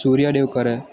સૂર્યદેવ કરે